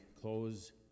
close